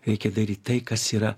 reikia daryt tai kas yra